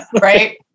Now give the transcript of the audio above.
Right